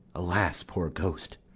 alas, poor ghost!